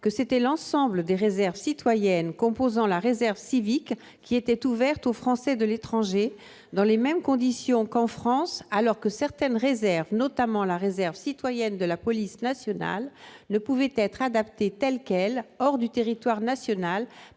que l'ensemble des réserves citoyennes composant la réserve civique étaient ouvertes aux Français de l'étranger, dans les mêmes conditions qu'en France, alors que certaines réserves, notamment la réserve citoyenne de la police nationale, ne pouvaient être adaptées hors du territoire national